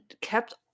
kept